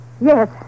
Yes